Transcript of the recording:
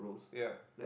ya